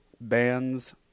bands